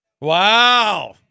Wow